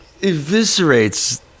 eviscerates